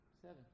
Seven